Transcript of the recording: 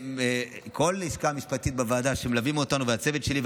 לכל הלשכה המשפטית בוועדה שמלווים אותנו והצוות שלי,